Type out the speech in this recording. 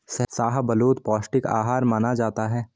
शाहबलूत पौस्टिक आहार माना जाता है